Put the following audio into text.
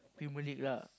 Premier League lah